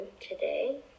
today